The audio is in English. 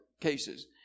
cases